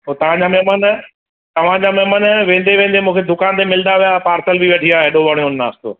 पोइ तव्हांजा महिमान तव्हांजा महिमान वेंदे वेंदे मूंखे दुकान ते मिलंदा विया पार्सल बि वठी विया एॾो वणियो हुयनि नास्तो